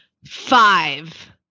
five